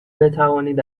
بتوانید